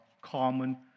common